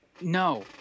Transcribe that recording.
No